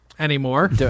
anymore